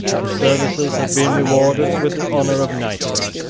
his services had been rewarded with the honour of knighthood,